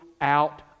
out